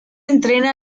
entrena